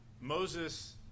Moses